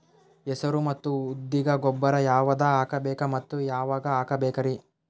ಹೆಸರು ಮತ್ತು ಉದ್ದಿಗ ಗೊಬ್ಬರ ಯಾವದ ಹಾಕಬೇಕ ಮತ್ತ ಯಾವಾಗ ಹಾಕಬೇಕರಿ?